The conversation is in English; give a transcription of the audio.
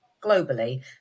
globally